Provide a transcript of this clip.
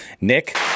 Nick